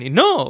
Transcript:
no